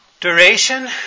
Duration